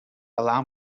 allow